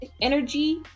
energy